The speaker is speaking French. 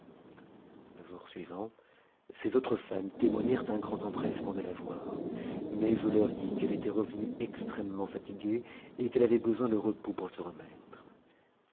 le jour suivant ses autres femmes témoignèrent un grand empressement de la voir mais je leur dis qu'elle était revenue extrêmement fatiguée et qu'elle avait besoin de repos pour se remettre